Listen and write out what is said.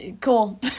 Cool